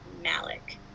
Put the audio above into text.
Malik